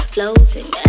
Floating